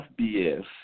FBS